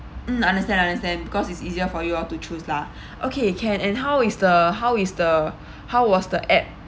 mm understand understand because it's easier for you all to choose lah okay can and how is the how is the how was the app